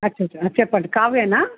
చెప్పండి కావ్యానా